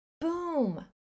Boom